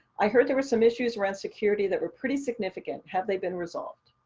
i heard there were some issues around security that were pretty significant. have they been resolved?